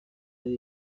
ari